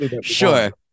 Sure